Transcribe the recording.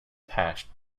patched